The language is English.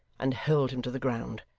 and hurled him to the ground.